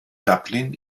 dublin